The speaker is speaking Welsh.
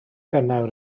bennawd